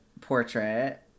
portrait